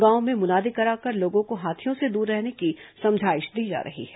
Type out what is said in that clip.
गांव में मुनादी कराकर लोगों को हाथियों से दूर रहने की समझाइश दी जा रही है